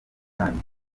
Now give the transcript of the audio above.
kandi